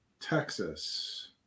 texas